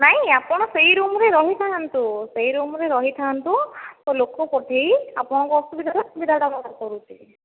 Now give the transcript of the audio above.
ନାହିଁ ଆପଣ ସେହି ରୁମ୍ରେ ରହିଥାନ୍ତୁ ସେହି ରୁମ୍ରେ ରହିଥାନ୍ତୁ ମୁଁ ଲୋକ ପଠାଇ ଆପଣଙ୍କର ଅସୁବିଧାର ସୁବିଧାଟା ବାହାର କରୁଛି